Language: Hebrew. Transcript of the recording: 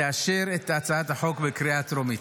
תאשר את הצעת החוק בקריאה הטרומית.